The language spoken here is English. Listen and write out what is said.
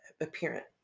appearance